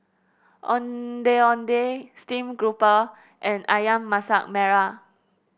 Ondeh Ondeh Steam Garoupa and ayam Masak Merah